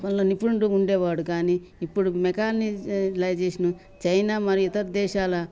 వాళ్ల నిపుణుడు ఉండేవాడు కానీ ఇప్పుడు మెకానిలైజేషన్ చైనా మరియు ఇతర దేశాల